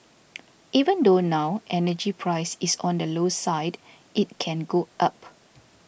even though now energy price is on the low side it can go up